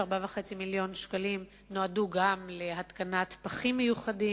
4.5 מיליוני השקלים נועדו גם להתקנת פחים מיוחדים,